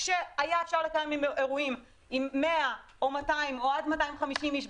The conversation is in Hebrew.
כשהיה אפשר לקיים אירועים עם 100 או 200 או עד 250 איש,